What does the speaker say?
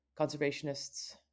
conservationists